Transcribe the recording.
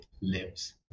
lives